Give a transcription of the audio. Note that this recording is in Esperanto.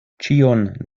ĉion